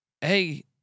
hey